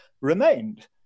remained